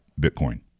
Bitcoin